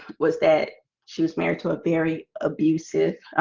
was that she was married to a very abusive,